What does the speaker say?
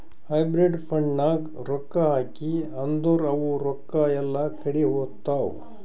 hybrid ಫಂಡ್ನಾಗ್ ರೊಕ್ಕಾ ಹಾಕಿ ಅಂದುರ್ ಅವು ರೊಕ್ಕಾ ಎಲ್ಲಾ ಕಡಿ ಹೋತ್ತಾವ್